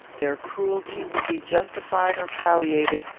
their cruelty will be justified or palliated,